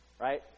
Right